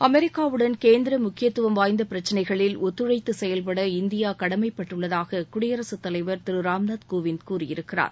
அமெரிக்காவுடன் கேந்திர முக்கியத்துவம் வாய்ந்த பிரச்சினைகளில் ஒத்துழைத்து செயல்பட இந்தியா கடமைப்பட்டுள்ளதாக குடியரசுத் தலைவர் திரு ராம்நாத் கோவிந்த் கூறியிருக்கிறார்